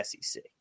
SEC